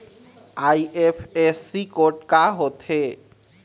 IFSC code का होथे?